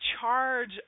charge